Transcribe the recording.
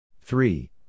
three